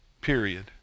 period